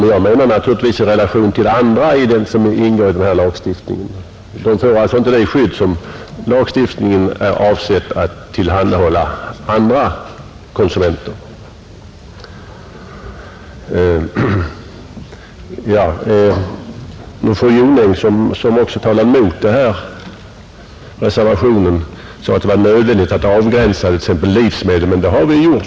Men jag ställer dem naturligtvis i relation till andra som omfattas av den här lagstiftningen. De får alltså inte det skydd, som lagstiftningen skall tillhandahålla andra konsumenter. Fru Jonäng, som också talade mot reservationen II, sade att det var nödvändigt att avgränsa t.ex. livsmedel. Det har vi gjort.